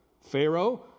Pharaoh